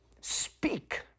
speak